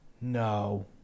No